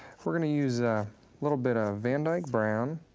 we're gonna use a little bit of van dyke brown,